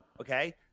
Okay